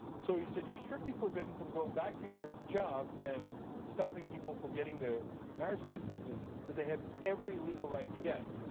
so he said you are strictly forbidden from going back to your job and stopping people from getting the marriage licenses that they have every legal right to get,